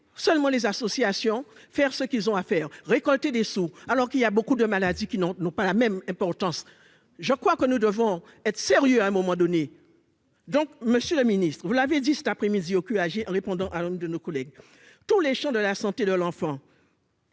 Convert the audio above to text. seulement les associations, faire ce qu'ils ont à faire : récolter des sous alors qu'il y a beaucoup de maladies qui n'en n'ont pas la même importance je crois que nous devons être sérieux à un moment donné, donc Monsieur le Ministre, vous l'avez dit cet après-midi au cul agir répondant à l'un de nos collègues tous les champs de la santé de l'enfant.